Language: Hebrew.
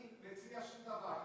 אני מציע שום דבר.